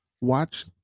Watch